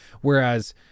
whereas